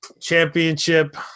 championship